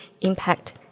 impact